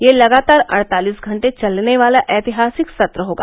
यह लगातार अड़तालिस घण्टे चलने वाला ऐतिहासिक सत्र होगा